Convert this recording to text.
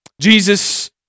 Jesus